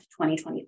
2023